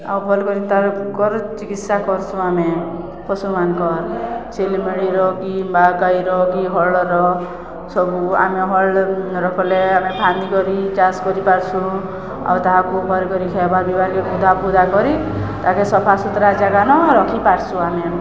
ଆଉ ଭଲ୍ କରି ତାଙ୍କର ଚିକିତ୍ସା କର୍ସୁ ଆମେ ପଶୁମାନଙ୍କର କି ବାଗଈର କି ହଳର ସବୁ ଆମେ ହଳ ରଖଲେ ଆମେ ଫାନ୍ଦ କରି ଚାଷ କରିପାର୍ସୁ ଆଉ ତାହାକୁ ଭଲ କରି ଖିଆ ପାର ପି ବାକେ କଦା ପୁଦା କରି ତାକେ ସଫା ସୁୁତୁରା ଜାଗାନ ରଖିପାର୍ସୁ ଆମେ